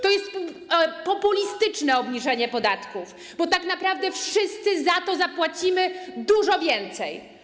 To jest populistyczne obniżenie podatków, bo tak naprawdę wszyscy za to zapłacimy dużo więcej.